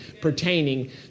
pertaining